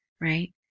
right